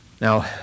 Now